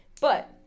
But-